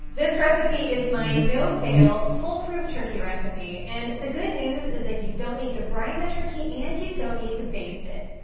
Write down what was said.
this recipe is my no-fail, full-proof turkey recipe. and the good news is that you don't need to brine the turkey and you don't need to baste it.